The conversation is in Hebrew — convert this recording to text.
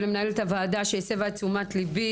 ומנהלת הוועדה שהסבה את תשומת ליבי,